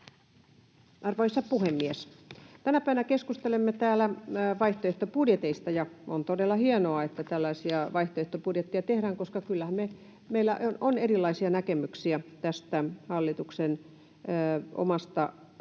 Arvoisa puhemies! Tänä päivänä keskustelemme vaihtoehtobudjeteista, ja on todella hienoa, että tällaisia vaihtoehtobudjetteja tehdään, koska kyllähän meillä on erilaisia näkemyksiä hallituksen omasta esityksestä.